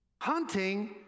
hunting